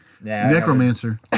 necromancer